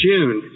June